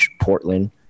Portland